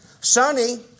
Sonny